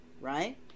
right